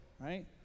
right